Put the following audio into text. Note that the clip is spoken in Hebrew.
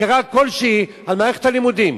בקרה כלשהי על מערכת הלימודים?